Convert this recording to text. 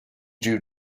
due